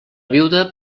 viuda